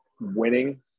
Winning